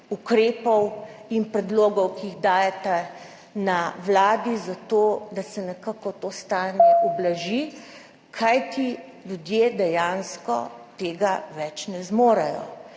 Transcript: ukrepov in predlogov, ki jih dajete na Vladi zato, da se nekako to stanje ublaži, kajti ljudje dejansko tega več ne zmorejo.